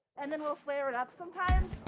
and then, we'll flare it up sometimes.